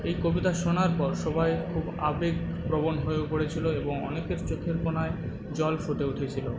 এই কবিতা শোনার পর সবাই খুব আবেগপ্রবণ হয়ে পড়েছিলো এবং অনেকের চোখের কোণায় জল ফুটে উঠেছিলো